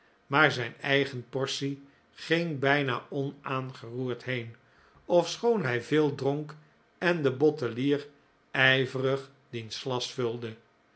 maar zijn eigen portie ging bijna onaangeroerd heen ofschoon hij veel dronk en de bottelier ijverig diens glas vulde